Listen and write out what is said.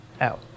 out